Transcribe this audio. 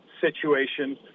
situation